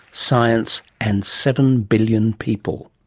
science and seven billion people.